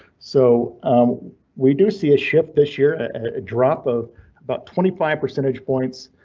so we do see a shift this year drop of about twenty five percentage points,